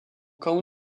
count